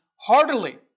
Heartily